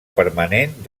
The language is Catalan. permanent